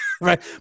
Right